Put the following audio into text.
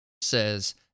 says